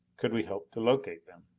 could we hope to locate them?